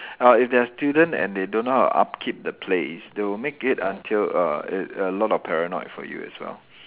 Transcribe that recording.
uh if they are student and they don't know how to upkeep the place they will make it until err it a lot of paranoid for you as well